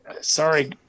sorry